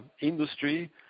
industry